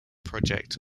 project